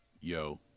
Yo